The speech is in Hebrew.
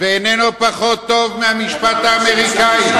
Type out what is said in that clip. ואיננו פחות טוב מהמשפט האמריקני,